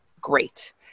Great